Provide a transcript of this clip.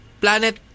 Planet